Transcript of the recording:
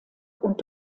und